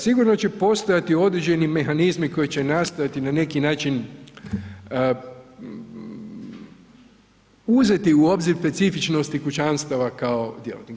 Sigurno će postojati određeni mehanizmi koji će nastojati na neki način uzeti u obzir specifičnosti kućanstava kao djelatnika.